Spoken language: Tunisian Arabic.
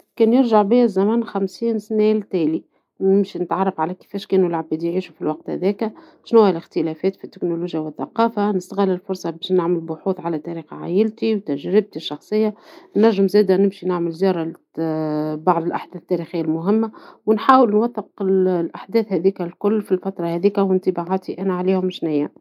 إذا رجعت خمسين عامًا للوراء، نحب نشوف كيف كانت الحياة في الزمن هذا. نحب نسمع قصص من الكبار ونستمتع بالموسيقى والأفلام القديمة. نشارك في أنشطة ثقافية، ونتعرف على الناس من مختلف الأعمار. نحب نحتفظ بالذكريات ونكتبها في دفتر خاص، وبهذا نرجع للمستقبل ومعايا قصص جميلة.